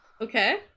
okay